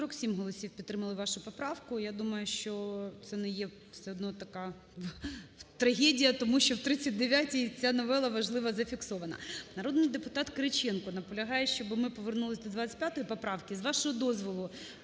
47 голосів підтримали вашу поправку. Я думаю, що це не є все одно така трагедія. Тому що в 39-й ця новела важлива зафіксована. Народний депутат Кириченко наполягає, щоб ми повернулись до 25 поправки. З вашого дозволу,